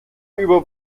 über